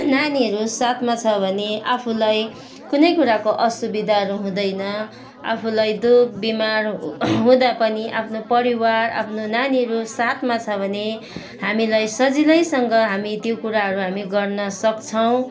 नानीहरू साथमा छ भने आफूलाई कुनै कुराको असुविधाहरू हुँदैन आफूलाई दुखबिमार हुँदा पनि आफ्नो परिवार आफ्नो नानीहरू साथमा भने हामीलाई सजिलैसँग हामी त्यो कुराहरू हामी गर्नसक्छौँ